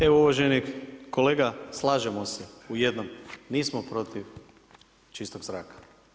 Evo uvaženi kolega slažemo se u jednom, nismo protiv čistog zraka.